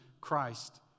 Christ